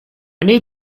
need